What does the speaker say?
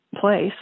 place